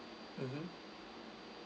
mmhmm